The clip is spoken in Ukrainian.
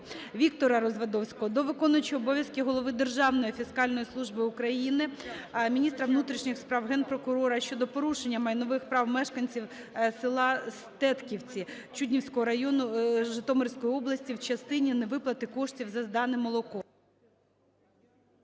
Віктора Развадовського до виконуючого обов'язки голови Державної фіскальної служби України, міністра внутрішніх справ, Генпрокурора щодо порушення майнових прав мешканців села Стетківці Чуднівського району, Житомирської області в частині невиплати коштів за здане молоко.